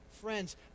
friends